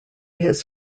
his